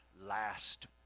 last